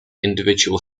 individual